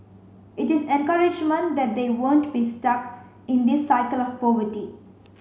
it is encouragement that they won't be stuck in this cycle of poverty